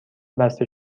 بسته